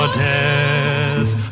death